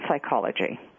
psychology